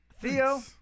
Theo